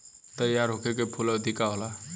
तैयार होखे के कूल अवधि का होला?